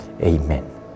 Amen